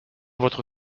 votre